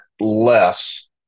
less